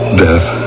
death